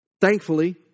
Thankfully